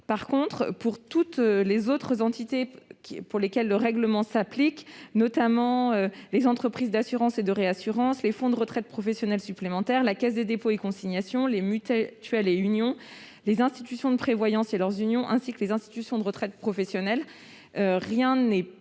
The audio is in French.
revanche, pour toutes les autres entités visées, notamment les entreprises d'assurance et de réassurance, les fonds de retraite professionnelle supplémentaire, la Caisse des dépôts et consignations, les mutuelles et unions, les institutions de prévoyance et leurs unions, ainsi que les institutions de retraite professionnelle, rien n'est prévu